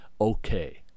okay